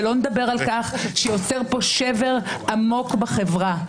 ויוצר פה שבר עמוק בחברה.